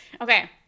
Okay